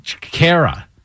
Kara